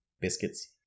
biscuits